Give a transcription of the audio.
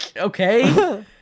okay